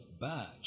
badge